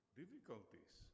difficulties